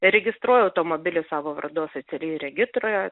registruoja automobilį savo vardu oficialiai regitroje